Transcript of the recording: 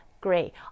Great